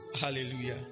hallelujah